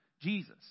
Jesus